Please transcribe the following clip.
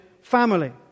family